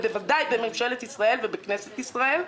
ובוודאי בממשלת ישראל ובכנסת ישראל.